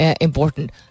important